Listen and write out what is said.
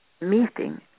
meeting